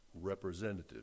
representative